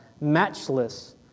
matchless